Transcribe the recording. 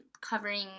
covering